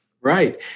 Right